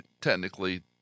technically